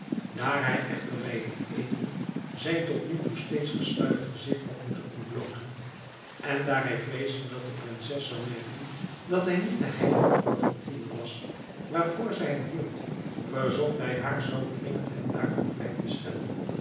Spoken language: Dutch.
hij echter bij het eten zijn tot nu toe steeds gesluierd gezicht had moeten ontblooten en daar hij vreesde dat de prinses zou merken dat hij niet de heilige vrouw fatime was waarvoor zij hem hield verzocht hij haar zoo dringend hem daarvan vrij te stellen